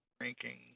ranking